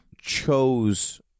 chose